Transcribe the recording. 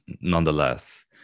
nonetheless